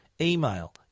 email